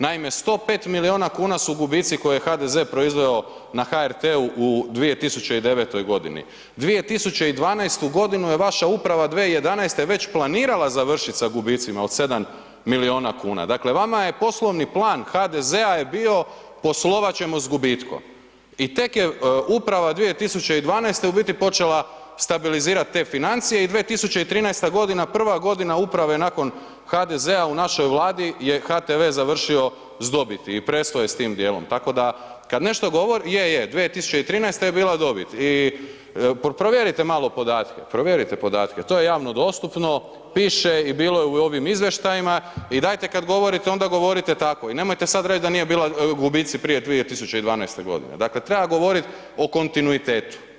Naime, 105 milijuna kuna su gubici koje je HDZ proizveo na HRT-u u 2009.g., 2012.g. je vaša uprava 2011. već planirala završit sa gubicima od 7 milijuna kuna, dakle vama je poslovni plan HDZ-a je bio poslovat ćemo s gubitkom i tek je uprava 2012. u biti počela stabilizirat te financije i 2013.g. prva godina uprave nakon HDZ-a u našoj Vladi je HTV završio s dobiti i presto je s tim dijelom, tako da kad nešto, je, je, 2013. je bila dobit i provjerite malo podatke, provjerite podatke, to je javno dostupno, piše i bilo je u ovim izvještajima i dajte kad govorite onda govorite tako i nemojte sad reć da nije bila gubici prije 2012.g., dakle treba govorit o kontinuitetu.